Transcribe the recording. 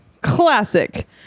Classic